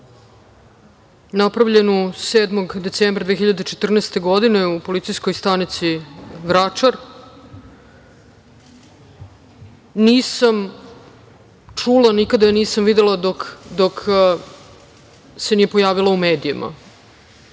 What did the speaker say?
napravljenu 7. decembra 2014. godine u policijskoj stanici Vračar, nisam čula, nikada je nisam videla dok se nije pojavila u medijima.